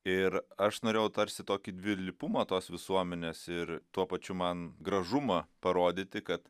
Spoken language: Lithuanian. ir aš norėjau tarsi tokį dvilypumą tos visuomenės ir tuo pačiu man gražumą parodyti kad